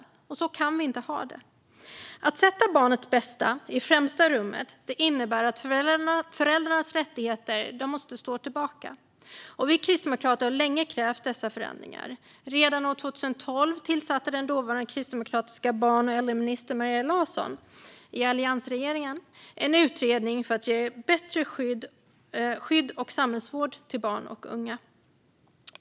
Så kan vi inte ha det. Att sätta barnets bästa i främsta rummet innebär att föräldrars rättigheter får stå tillbaka. Vi kristdemokrater har länge krävt dessa förändringar. Redan år 2012 tillsatte den dåvarande kristdemokratiska barn och äldreministern Maria Larsson i alliansregeringen en utredning som skulle ge bättre skydd och samhällsvård till barn och unga.